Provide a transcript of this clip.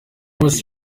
hose